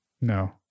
No